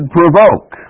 provoke